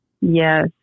Yes